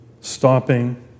Stopping